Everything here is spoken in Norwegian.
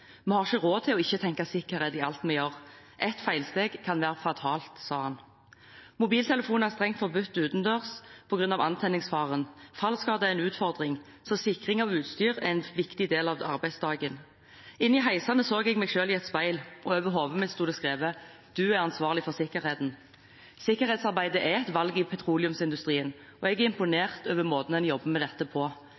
vi gjør, ett feilsteg kan være fatalt», sa han. Mobiltelefoner er strengt forbudt utendørs på grunn av antenningsfaren. Fallskader er en utfordring, så sikring av utstyr er en viktig del av arbeidsdagen. Inne i heisene så jeg meg selv i et speil, og over hodet mitt sto det skrevet: «Du er ansvarlig for sikkerheten.» Sikkerhetsarbeid er et valg i petroleumsindustrien, og jeg er